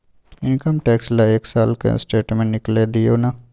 Income tax ल एक साल के स्टेटमेंट निकैल दियो न?